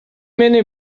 мени